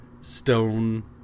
stone